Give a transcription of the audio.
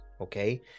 Okay